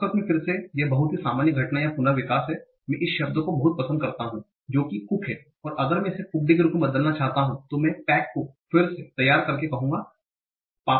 संस्कृत में फिर से यह बहुत ही सामान्य घटना या पुनर्विकास है मैं इस शब्द को बहुत पसंद करता हूं जो कि कूक है और अगर मैं इसे कूक्ड के रूप में बदलना चाहता हूं तो मैं pac को फिर से तैयार करके कहुगा papaca